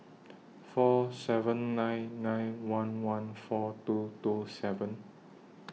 four seven nine nine one one four two two seven